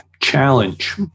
challenge